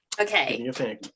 okay